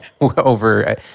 over